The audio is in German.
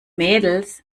mädels